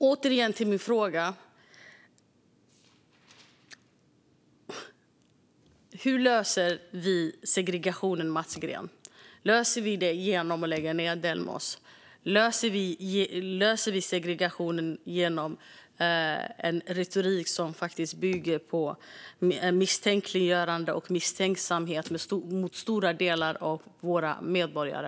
Åter till min fråga: Hur löser vi detta med segregationen, Mats Green? Löser vi det genom att lägga ned Delmos? Löser vi det med en retorik som bygger på misstänkliggörande och med misstänksamhet mot en stor andel av våra medborgare?